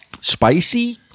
spicy